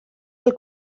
del